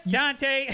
Dante